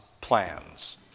plans